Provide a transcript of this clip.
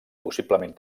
possiblement